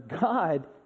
God